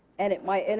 and it might, and